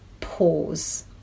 pause